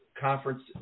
conference